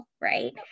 right